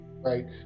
right